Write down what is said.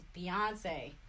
Beyonce